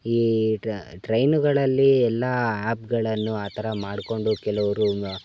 ಈ ಟ್ರೈನುಗಳಲ್ಲಿ ಎಲ್ಲ ಆ್ಯಪ್ಗಳನ್ನು ಆ ಥರ ಮಾಡಿಕೊಂಡು ಕೆಲವರು